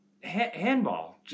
handball